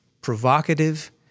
provocative